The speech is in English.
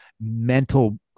mental